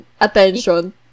attention